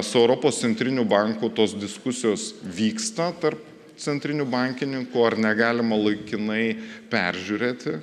su europos centriniu banku tos diskusijos vyksta tarp centrinių bankininkų ar negalima laikinai peržiūrėti